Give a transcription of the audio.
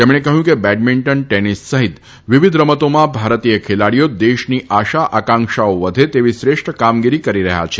તેમણે કહ્યું કે બેડમિન્ટન ટેનિસ સફિત વિવિધ રમતોમાં ભારતીય ખેલાડીઓ દેશની આશા આકાંક્ષાઓ વધે તેવી શ્રેષ્ઠ કામગીરી કરી રહ્યા છે